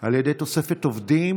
על ידי תוספת עובדים.